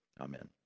amen